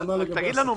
תודה.